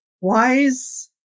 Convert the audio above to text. wise